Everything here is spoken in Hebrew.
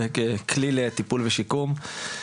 וככלי לטיפול ושיקום.